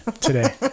today